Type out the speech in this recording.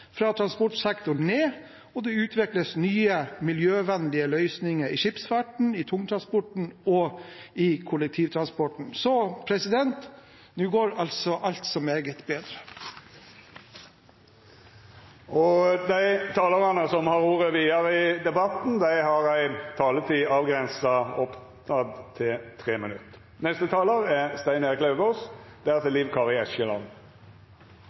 fra transportsektoren ned, og det utvikles nye, miljøvennlige løsninger i skipsfarten, i tungtransporten og i kollektivtransporten. Så altså: Nu går alt så meget bedre. Dei talarane som heretter får ordet,